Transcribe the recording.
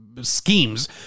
schemes